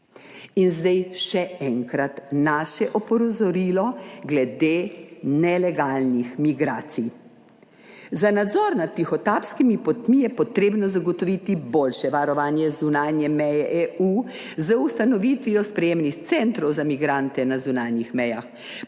In zdaj še enkrat naše opozorilo glede nelegalnih migracij. Za nadzor nad tihotapskimi potmi je potrebno zagotoviti boljše varovanje zunanje meje EU z ustanovitvijo sprejemnih centrov za migrante na zunanjih mejah,